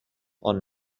are